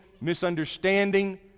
misunderstanding